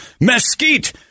Mesquite